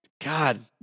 God